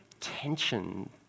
tension